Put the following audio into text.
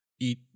eat